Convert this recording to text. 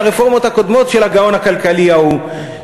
הרפורמות הקודמות של הגאון הכלכלי ההוא,